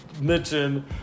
mention